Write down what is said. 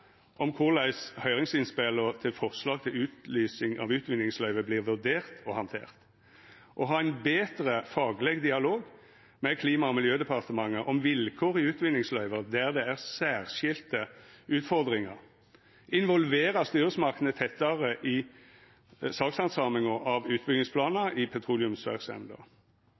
om korleis høyringsinnspela til forslag til utlysing av utvinningsløyve vert vurderte og handterte ha ein betre fagleg dialog med Klima- og miljødepartementet om vilkår i utvinningsløyve der det er særskilde utfordringar involvera styresmaktene tettare i sakshandsaminga av utbyggingsplanar i petroleumsverksemda